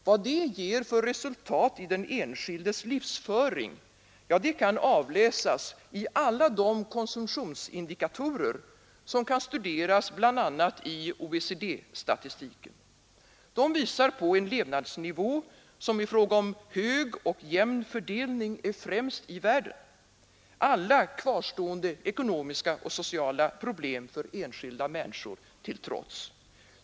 Vad det ger för resultat i den enskildes livsföring kan avläsas i alla de konsumtionsindikatorer som kan studeras bl.a. i OECD-statistiken. De visar på en levnadsnivå som i fråga om höjd och jämn fördelning är främst i världen, alla kvarstående ekonomiska och sociala problem för enskilda människor till trots.